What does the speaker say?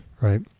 right